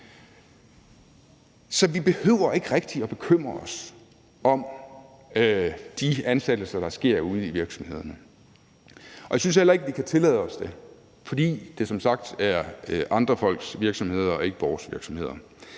Så vi behøver ikke rigtig at bekymre os om de ansættelser, der sker ude i virksomhederne. Jeg synes heller ikke, vi kan tillade os det, fordi det som sagt er andre folks virksomheder og ikke vores virksomheder.